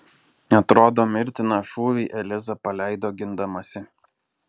atrodo mirtiną šūvį eliza paleido gindamasi